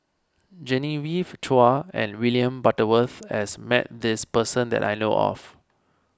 Genevieve Chua and William Butterworth has met this person that I know of